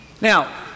Now